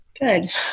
good